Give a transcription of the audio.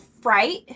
fright